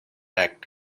act